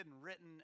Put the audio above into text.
written